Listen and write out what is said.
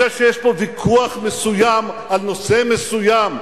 זה שיש פה ויכוח מסוים על נושא מסוים,